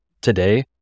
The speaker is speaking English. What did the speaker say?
today